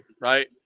right